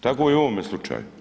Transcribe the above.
Tako i u ovome slučaju.